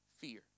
Fear